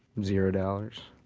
zero dollars.